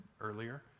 earlier